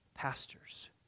Pastors